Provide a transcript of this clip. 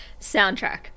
soundtrack